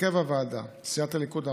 הרכב הוועדה: סיעת הליכוד,